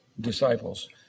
disciples